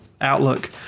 Outlook